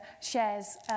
shares